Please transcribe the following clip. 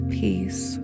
peace